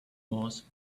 moss